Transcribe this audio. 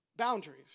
Boundaries